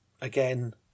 again